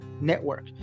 network